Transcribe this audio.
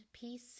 peace